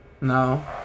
No